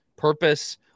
Purpose